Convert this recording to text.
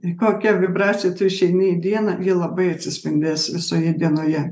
į kokią vibraciją tu išeini į dieną ji labai atsispindės visoje dienoje